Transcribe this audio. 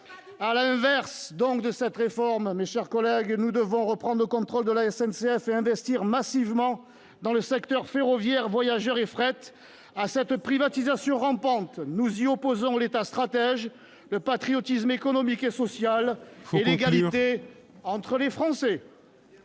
À l'inverse de cette réforme, mes chers collègues, nous devons reprendre le contrôle de la SNCF et investir massivement dans le secteur ferroviaire, pour les voyageurs comme pour le fret. Veuillez conclure. À cette privatisation rampante, nous opposons l'État stratège, le patriotisme économique et social et l'égalité entre les Français.